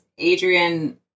Adrian